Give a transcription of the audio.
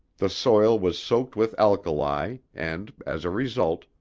the soil was soaked with alkali, and as a result,